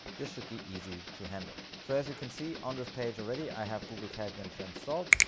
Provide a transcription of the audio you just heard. this should be easy to handle. so as you can see on this page already, i have google tag manager installed.